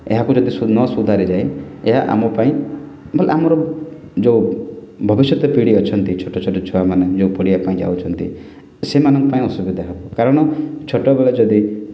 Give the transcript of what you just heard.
ଏହାକୁ ଯଦି ନ ସୁଧରାଯାଏ ଏହା ଆମ ପାଇଁ ଆମର ଯେଉଁ ଭବିଷ୍ୟତ ପିଢ଼ି ଅଛନ୍ତି ଛୋଟ ଛୋଟ ଛୁଆମାନେ ଯେଉଁ ପଢ଼ିବା ପାଇଁ ଯାଉଛନ୍ତି ସେମାନଙ୍କ ପାଇଁ ଅସୁବିଧା କାରଣ ଛୋଟ ବେଳୁ ଯଦି